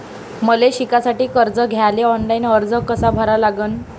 मले शिकासाठी कर्ज घ्याले ऑनलाईन अर्ज कसा भरा लागन?